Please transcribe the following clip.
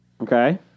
Okay